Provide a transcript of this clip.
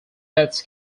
pets